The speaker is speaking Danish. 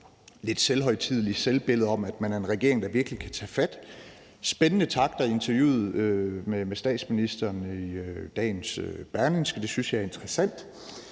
lidt selvhøjtidelige selvbillede af, at man er en regering, der virkelig kan tage fat. Der er spændende takter i interviewet med statsministeren i dagens Berlingske. Det synes jeg er interessant.